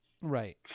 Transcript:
Right